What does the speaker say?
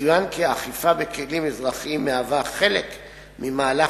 יצוין כי האכיפה בכלים אזרחיים מהווה חלק ממהלך